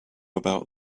about